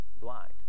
blind